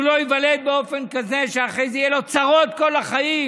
שהוא לא ייוולד באופן כזה שאחרי זה יהיו לו צרות כל החיים?